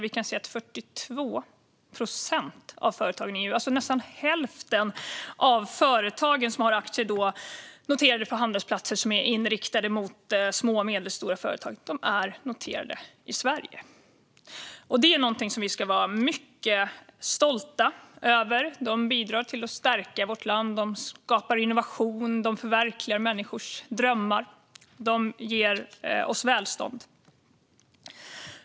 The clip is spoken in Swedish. Vi kan se att 42 procent, alltså nästan hälften, av de företag i EU som har aktier noterade på handelsplatser inriktade mot små och medelstora företag är noterade i Sverige. Det är någonting vi ska vara mycket stolta över. De bidrar till att stärka vårt land, de skapar innovation och de förverkligar människors drömmar. De ger oss välstånd.